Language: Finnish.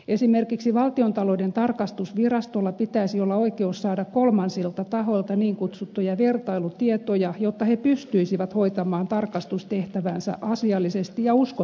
esimerkiksi valtiontalouden tarkastusvirastolla pitäisi olla oikeus saada kolmansilta tahoilta niin kutsuttuja vertailutietoja jotta he pystyisivät hoitamaan tarkastustehtäväänsä asiallisesti ja uskottavasti